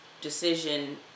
decision